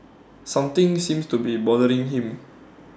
something seems to be bothering him